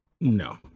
no